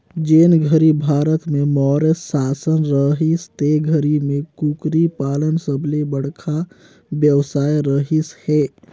जेन घरी भारत में मौर्य सासन रहिस ते घरी में कुकरी पालन सबले बड़खा बेवसाय रहिस हे